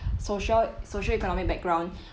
social social economic background